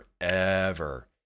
forever